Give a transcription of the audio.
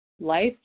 life